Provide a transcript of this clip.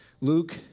Luke